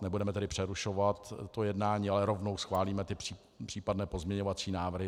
Nebudeme tedy přerušovat to jednání, ale rovnou schválíme ty případné pozměňovací návrhy.